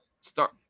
start